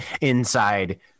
inside